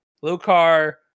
Lucar